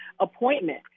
appointment